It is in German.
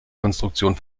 konstruktion